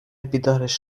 بیدارش